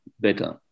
better